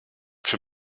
für